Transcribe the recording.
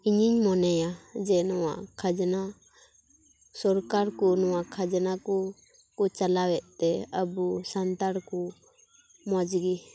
ᱤᱧᱤᱧ ᱢᱚᱱᱮᱭᱟ ᱡᱮ ᱱᱚᱣᱟ ᱠᱷᱟᱡᱽᱱᱟ ᱥᱚᱨᱠᱟᱨ ᱠᱚ ᱱᱚᱣᱟ ᱠᱷᱟᱡᱽᱱᱟ ᱠᱚ ᱠᱚ ᱪᱟᱞᱟᱣᱮᱫ ᱛᱮ ᱟᱵᱚ ᱥᱟᱱᱛᱟᱲ ᱠᱚ ᱢᱚᱡᱽ ᱜᱮ